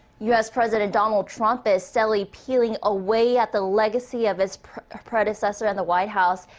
u s. president donald trump is steadily peeling away at the legacy of his predecessor in the white house.